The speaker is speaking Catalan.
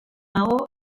maó